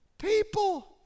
People